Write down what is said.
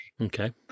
Okay